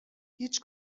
هیچ